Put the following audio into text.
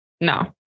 No